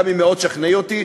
גם אם מאוד תשכנעי אותי.